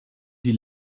die